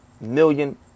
Million